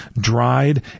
dried